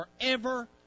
forever